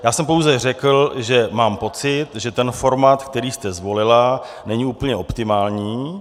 Já jsem pouze řekl, že mám pocit, že ten formát, který jste zvolila, není úplně optimální.